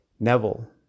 Neville